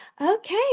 Okay